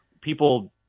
people